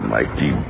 Mighty